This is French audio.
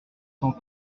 cent